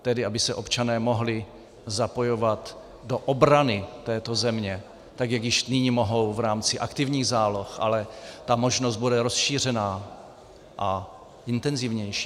Tedy aby se občané mohli zapojovat do obrany této země tak, jak již nyní mohou v rámci aktivních záloh, ale ta možnost bude rozšířena a intenzivnější.